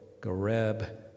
Gareb